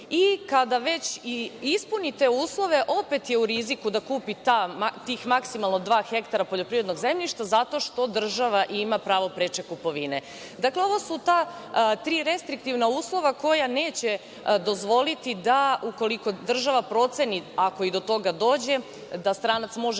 Kada već ispunite uslove, opet je u riziku da kupi ta maksimalno dva ha poljoprivrednog zemljišta, zato što država ima pravo preče kupovine. Dakle, ovo su ta tri restriktivna uslova koja neće dozvoliti da, ukoliko država proceni, ako i do toga dođe, da stranac može